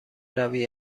روی